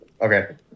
Okay